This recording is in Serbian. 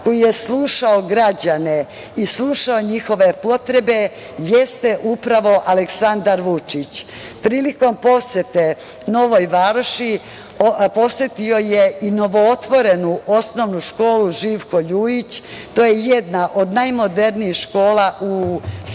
koji je slušao građane i slušao njihove potrebe jeste upravo Aleksandar Vučić. Prilikom posete Novoj Varoši posetio je i novootvorenu Osnovnu školu „Živko Ljujić“. To je jedna od najmodernijih škola u Srbiji.